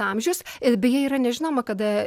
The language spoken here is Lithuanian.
amžius ir beje yra nežinoma kada